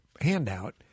handout